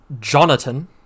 Jonathan